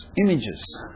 images